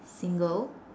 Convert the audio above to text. single